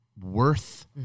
worth